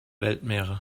weltmeere